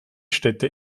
städte